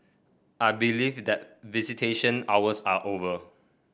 I believe that visitation hours are over